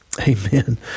Amen